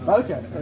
okay